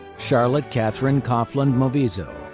charlotte katherine coffland movizzo,